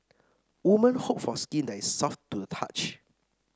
woman hope for skin that is soft to the touch